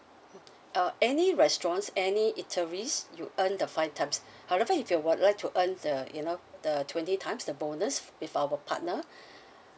mm uh any restaurants any eateries you earn the five times however if you would like to earn the you know the twenty times the bonus with our partner